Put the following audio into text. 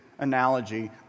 analogy